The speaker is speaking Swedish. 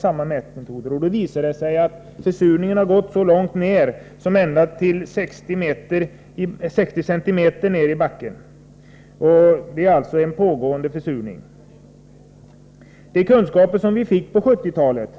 Dessa undersökningar visar att försurningen har gått så långt som 60 cm ned i backen — det är alltså fråga om en pågående försurning. De kunskaper som vi fick på 1970-talet